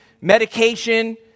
medication